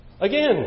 Again